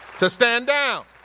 to stand down.